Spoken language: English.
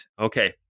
Okay